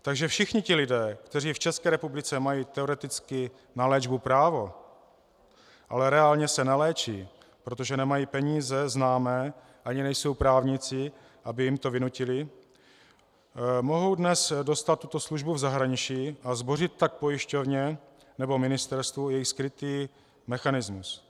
Takže všichni lidé, kteří v ČR mají teoreticky na léčbu právo, ale reálně se neléčí, protože nemají peníze, známé a ani nejsou právníci, aby jim to vynutili, mohou dnes dostat tuto službu v zahraničí a zbořit tak pojišťovně nebo ministerstvu jejich skrytý mechanismus.